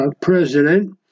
president